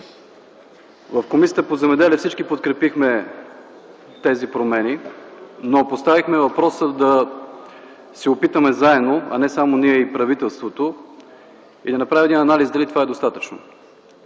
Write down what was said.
В Комисията по земеделието и горите всички подкрепихме тези промени, но поставихме въпроса – да се опитаме заедно, не само ние, а и правителството, да направим един анализ – дали това е достатъчно?